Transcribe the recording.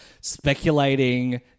speculating